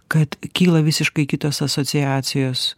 kad kyla visiškai kitos asociacijos